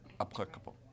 applicable